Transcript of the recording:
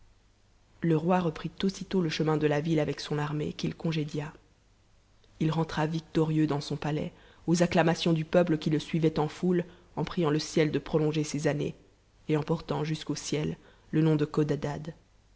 le roi reprit aussitôt le chemin de la ville avec son armée qu'il congédia il rentra victorieux dans son palais aux acclamations du peuple qui le suivait en foute en priant le ciel de prolonger ses années et en portant jusqu'au ciel le nom de codadad